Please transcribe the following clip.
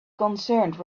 concerned